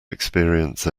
experience